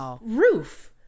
roof